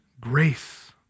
grace